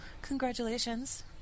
Congratulations